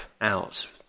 out